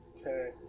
Okay